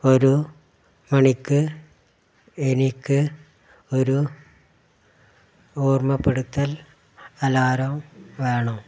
ഒരു മണിക്ക് എനിക്ക് ഒരു ഓർമ്മപ്പെടുത്തൽ അലാറം വേണം